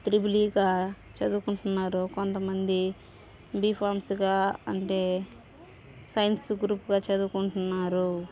triple E గా చదువుకుంటున్నారు కొంతమంది బీఫామ్స్గా అంటే సైన్స్ గ్రూప్గా చదువుకుంటున్నారు